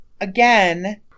again